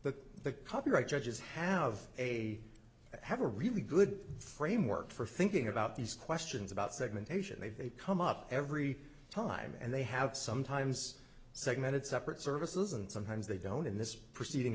the the copyright judges have a have a really good framework for thinking about these questions about segmentation they come up every time and they have sometimes segmented separate services and sometimes they don't in this proceeding